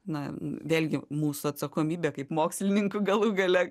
na vėlgi mūsų atsakomybė kaip mokslininkų galų gale